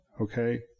Okay